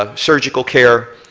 ah surgical care,